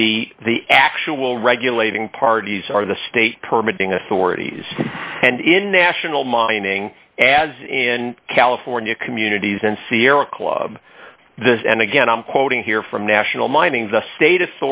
the the actual regulating parties are the state permitting authorities and international mining as in california communities and sierra club this and again i'm quoting here from national mining the state